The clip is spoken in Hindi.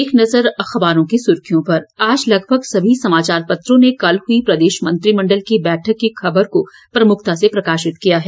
एक नज़र अखबारों की सुर्खियों पर आज लगभग सभी समाचार पत्रों ने कल हुई प्रदेश मंत्रिमंडल की बैठक की खबर को प्रमुखता से प्रकाशित किया है